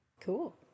Cool